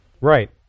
Right